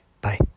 Bye